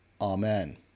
Amen